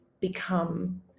become